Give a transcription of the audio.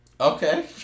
Okay